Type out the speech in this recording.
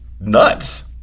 nuts